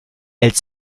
elle